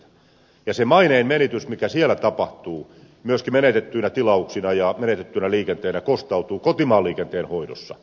se maineen menetys mikä siellä tapahtuu myöskin menetettyinä tilauksina ja menetettynä liikenteenä kostautuu kotimaan liikenteen hoidossa